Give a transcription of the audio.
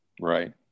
right